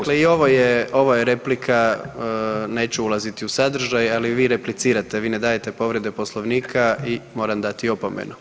Dakle i ovo je replika neću ulazit u sadržaj, ali vi replicirate vi ne dajete povrede Poslovnika i moram dati opomenu.